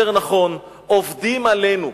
יותר נכון עובדים עלינו.